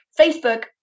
Facebook